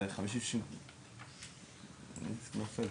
אני חושב